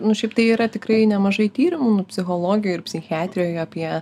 nu šiaip tai yra tikrai nemažai tyrimų psichologijoj ir psichiatrijoj apie